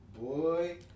Boy